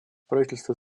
правительство